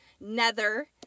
nether